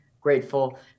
grateful